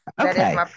okay